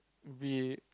we